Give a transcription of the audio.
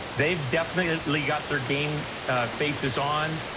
they've definitely got their game faces on.